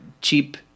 cheap